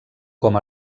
com